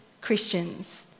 Christians